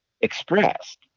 expressed